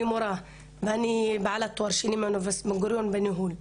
אני מורה ואני בעלת תואר שני מאוניברסיטת בן גוריון בניהול,